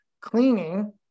cleaning